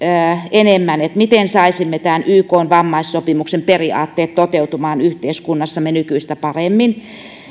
enemmän miten saisimme tämän ykn vammaissopimuksen periaatteet toteutumaan yhteiskunnassamme nykyistä paremmin